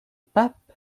pape